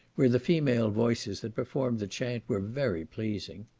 where the female voices that performed the chant were very pleasing.